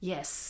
Yes